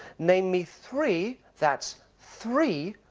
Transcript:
name me three, that's three,